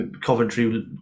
Coventry